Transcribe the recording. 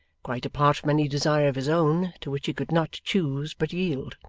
quite apart from any desire of his own, to which he could not choose but yield.